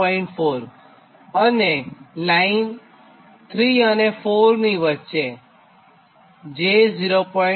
4 અને લાઇન બસ 3 4 વચ્ચે j0